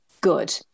good